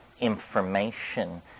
information